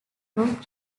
took